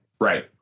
Right